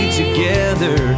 together